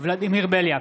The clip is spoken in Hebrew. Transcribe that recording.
ולדימיר בליאק,